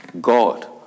God